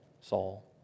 Saul